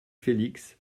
félix